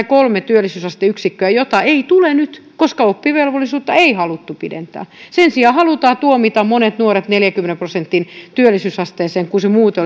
kolme työllisyysasteyksikköä jota ei tule nyt koska oppivelvollisuutta ei haluttu pidentää sen sijaan halutaan tuomita monet nuoret neljänkymmenen prosentin työllisyysasteeseen kun se muuten